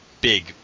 big